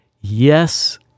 yes